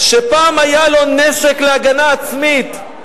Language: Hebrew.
שפעם היה לו נשק להגנה עצמית,